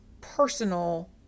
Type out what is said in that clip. personal